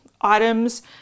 items